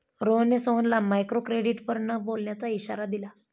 रोहनने सोहनला मायक्रोक्रेडिटवर न बोलण्याचा इशारा दिला